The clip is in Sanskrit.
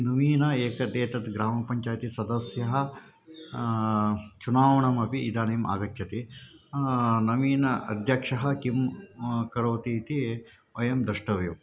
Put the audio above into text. नवीनः एकः एतत् ग्रामपञ्चायति सदस्यः चुनावणमपि इदानीम् आगच्छति नवीनः अध्यक्षः किं करोति इति वयं द्रष्टव्यम्